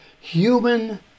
human